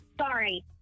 Sorry